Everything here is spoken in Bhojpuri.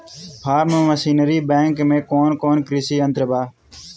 फार्म मशीनरी बैंक में कौन कौन कृषि यंत्र बा?